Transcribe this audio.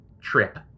trip